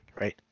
Right